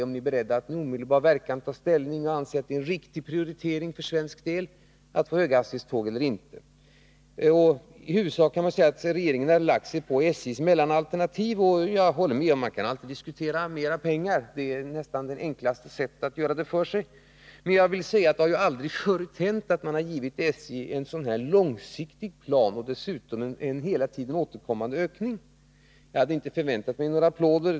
Är ni beredda att med omedelbar verkan ta ställning och anse att det är en riktig prioritering för svensk del? Man kan säga att regeringen i huvudsak har lagt sig på SJ:s mellanalternativ. Jag håller med om att man alltid kan diskutera om man skall anslå mera pengar. Det är det lättaste sättet att göra det enkelt för sig. Men jag vill framhålla att det aldrig förr har hänt att SJ har givit en sådan här långsiktig plan och dessutom en hela tiden återkommande ökning. Jag hade inte förväntat mig några applåder.